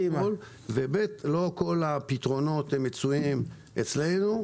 שנית, לא כל הפתרונות מצויים אצלנו.